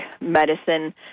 medicine